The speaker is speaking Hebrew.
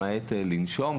למעט לנשום,